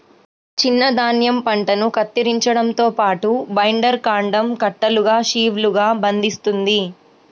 చిన్న ధాన్యం పంటను కత్తిరించడంతో పాటు, బైండర్ కాండం కట్టలుగా షీవ్లుగా బంధిస్తుంది